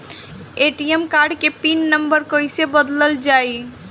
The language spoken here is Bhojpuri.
ए.टी.एम कार्ड के पिन नम्बर कईसे बदलल जाई?